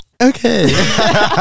okay